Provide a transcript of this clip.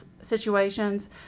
situations